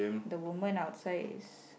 the woman outside is